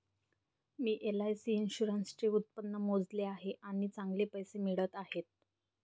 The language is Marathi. मी एल.आई.सी इन्शुरन्सचे उत्पन्न मोजले आहे आणि चांगले पैसे मिळत आहेत